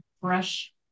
fresh